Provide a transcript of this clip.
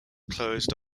closed